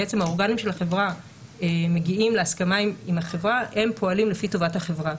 שכשהאורגנים של החברה מגיעים להסכמה עם החברה הם פועלים לפי טובת החברה.